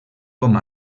com